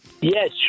Yes